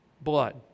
blood